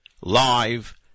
live